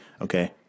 okay